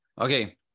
Okay